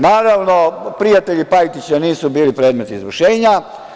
Naravno, prijatelji Pajtića nisu bili predmet izvršenja.